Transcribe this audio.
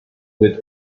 with